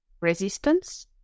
resistance